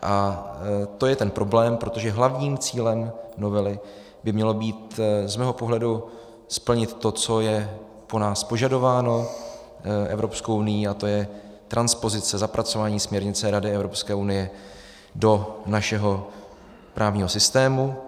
A to je ten problém, protože hlavním cílem novely by mělo být z mého pohledu splnit to, co je po nás požadováno Evropskou unií, a to je transpozice, zapracování směrnice Rady Evropské unie do našeho právního systému.